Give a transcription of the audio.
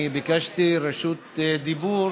אני ביקשתי רשות דיבור